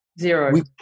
Zero